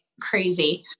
crazy